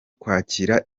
kwakira